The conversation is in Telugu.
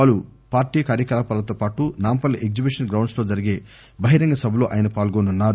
పలు పార్లీ కార్యకలాపాలతోపాటు నాంపల్లి ఎగ్లిబిషన్ గ్రౌండ్స్ లో జరిగే బహిరంగ సభలో ఆయన పాల్గొననున్నారు